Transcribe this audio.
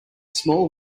small